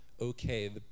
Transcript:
okay